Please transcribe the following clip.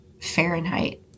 Fahrenheit